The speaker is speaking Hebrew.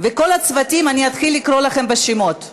וכל הצוותים, אני אתחיל לקרוא לכם בשמות.